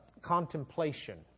contemplation